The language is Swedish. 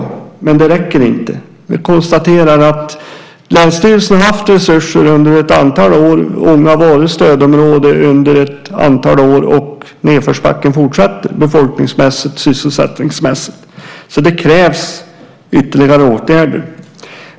Men detta räcker inte. Man konstaterar att länsstyrelsen har haft resurser under ett antal år, och Ånge har varit stödområde under ett antal år, och nedförsbacken fortsätter befolkningsmässigt och sysselsättningsmässigt. Så det krävs ytterligare åtgärder.